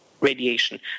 radiation